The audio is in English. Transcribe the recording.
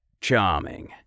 Charming